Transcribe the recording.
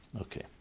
Okay